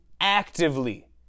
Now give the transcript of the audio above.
actively